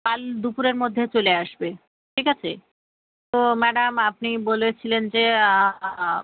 কাল দুপুরের মধ্যে চলে আসবে ঠিক আছে তো ম্যাডাম আপনি বলেছিলেন যে